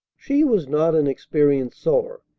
she was not an experienced sewer,